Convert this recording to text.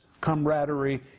camaraderie